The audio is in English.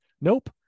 Nope